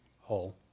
whole